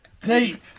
Deep